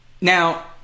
Now